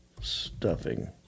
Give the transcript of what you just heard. stuffing